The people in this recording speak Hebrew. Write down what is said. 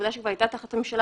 בעובדה שזו הייתה תחת הממשלה,